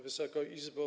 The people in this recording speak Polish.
Wysoka Izbo!